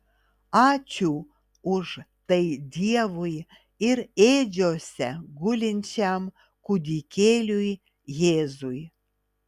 ačiū už tai dievui ir ėdžiose gulinčiam kūdikėliui jėzui